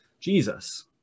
Jesus